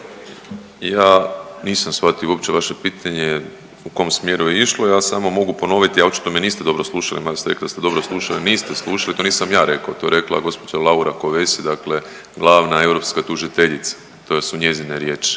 Ja nisam shvatio uopće vaše pitanje u kom smjeru je išlo. Ja samo mogu ponoviti, a očito me niste dobro slušali, mada ste rekli da ste dobro slušali. Niste slušali, to nisam ja rekao. To je rekla gospođa Laura Kovesi, dakle glavna europska tužiteljica. To su njezine riječi.